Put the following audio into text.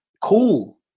cool